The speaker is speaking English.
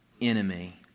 enemy